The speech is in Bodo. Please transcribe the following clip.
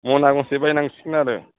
मना गांसे बायनांसिगोन आरो